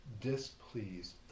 displeased